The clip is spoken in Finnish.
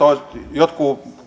jotkut